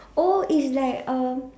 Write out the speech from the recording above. oh is like uh